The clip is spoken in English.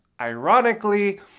ironically